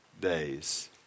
days